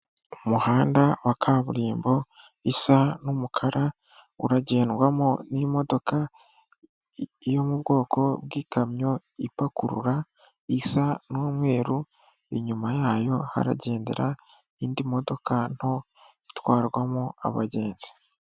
Umuhanda wa kaburimbo isa n'umukara, uragendwamo n'imodoka yo mu bwoko bw'ikamyo ipakurura isa n'umweru, inyuma yayo haragendera indi modoka nto itwarwamo abagenzi.